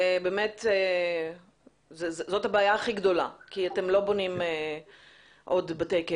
באמת זאת הבעיה הכי גדולה כי אתם לא בונים עוד בתי כלא.